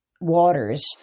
waters